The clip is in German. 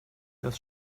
das